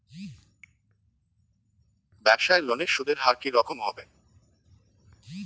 ব্যবসায়ী লোনে সুদের হার কি রকম হবে?